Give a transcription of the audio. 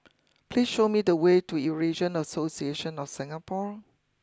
please show me the way to Eurasian Association of Singapore